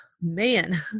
Man